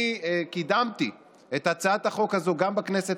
אני קידמתי את הצעת החוק הזו גם בכנסת